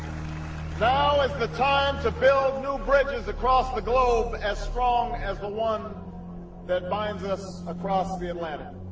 now is the time to build new bridges across the globe as strong as the one that binds us across the atlantic.